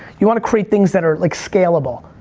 you wanna create things that are like scalable.